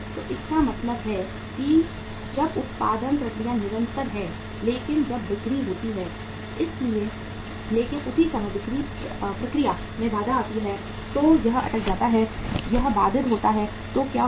तो इसका मतलब है कि जब उत्पादन प्रक्रिया निरंतर है लेकिन जब बिक्री होती है लेकिन उसी समय बिक्री प्रक्रिया में बाधा आती है तो यह अटक जाता है यह बाधित होता है तो क्या हुआ